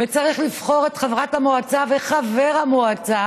וצריך לבחור את חברת המועצה וחבר המועצה